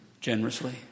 generously